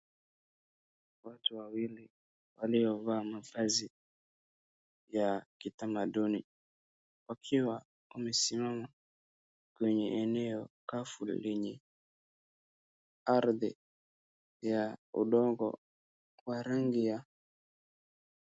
Watu wawili waliovaa mavazi ya kitamaduni wakiwa wamesimama kwenye eneo kavu lenye ardhi ya udongo wa rangi ya..